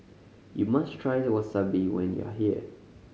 you must try Wasabi when you are here